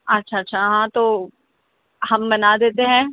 اچھا اچھا ہاں تو ہم بنا دیتے ہیں